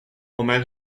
omer